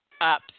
up